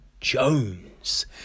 Jones